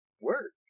work